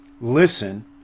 listen